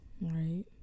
Right